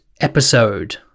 episode